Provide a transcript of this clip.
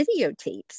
videotapes